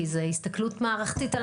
כי זו הסתכלות מערכתית על